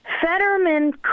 Fetterman